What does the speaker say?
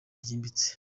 ryimbitse